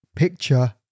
Picture